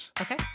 Okay